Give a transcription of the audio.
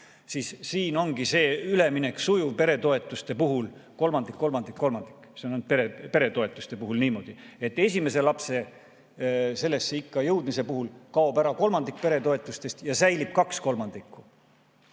Siin ongi see üleminek sujuv peretoetuste puhul kolmandik-kolmandik-kolmandik, see on peretoetuste puhul niimoodi. Esimese lapse sellesse ikka jõudmise puhul kaob ära kolmandik peretoetustest ja säilib kaks kolmandikku.